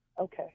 Okay